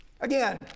Again